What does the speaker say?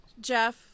Jeff